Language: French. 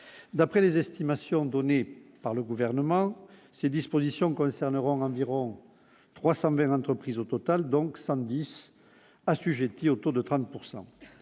d'après les estimations données par le gouvernement, ces dispositions concerneront environ 300000 entreprises au total donc samedi assujettis autour de 30